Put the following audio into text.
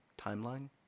timeline